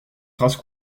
phrases